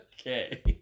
okay